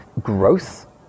growth